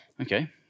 Okay